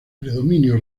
predominio